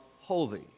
holy